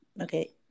Okay